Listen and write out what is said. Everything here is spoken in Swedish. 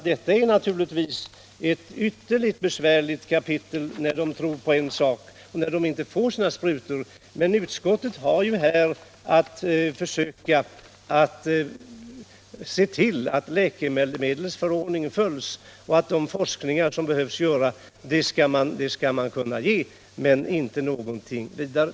Detta är natur ligtvis ett ytterligt besvärligt kapitel — att de tror på en sak och inte får sina sprutor. Utskottet har att försöka se till att läkemedelsförord ningen följs och att det ges anslag till den forskning som behövs - men utskottet skall inte göra något mer.